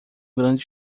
grande